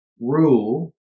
rule